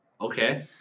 Okay